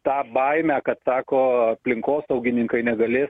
tą baimę kad sako aplinkosaugininkai negalės